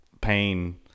pain